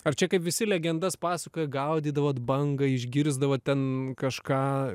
ar čia kaip visi legendas pasakoja gaudydavot bangą išgirsdavot ten kažką